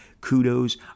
Kudos